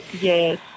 Yes